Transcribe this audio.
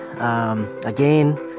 again